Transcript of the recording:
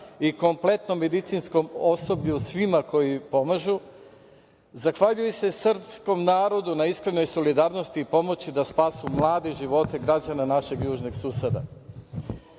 i kompletnom medicinskom osoblju, svima koji pomažu, zahvaljuju se srpskom narodu na iskrenoj solidarnosti i pomoći da spasu mlade živote građana našeg južnog suseda.